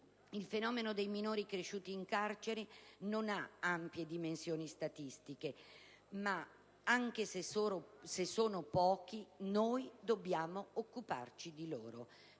Il fenomeno dei minori cresciuti in carcere non ha ampie dimensioni statistiche, ma anche se sono padri noi dobbiamo occuparci di loro.